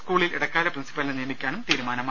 സ്കൂളിൽ ഇടക്കാല പ്രിൻസിപ്പലിനെ നിയമിക്കാനും തീരുമാനമായി